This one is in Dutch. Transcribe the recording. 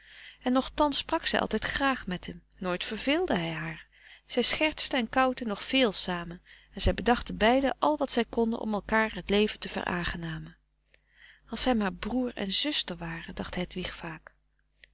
en nochtans sprak zij altijd graag met hem nooit verveelde hij haar zij schertsten en koutten nog veel samen en zij bedachten beiden al wat zij konden om elkaar het leven te veraangenamen als zij maar broer en zuster waren dacht hedwig vaak